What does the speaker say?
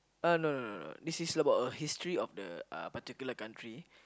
uh no no no no no this is about a history of the uh particular country